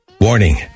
Warning